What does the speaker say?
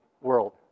world